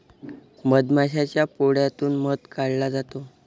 मधमाशाच्या पोळ्यातून मध काढला जातो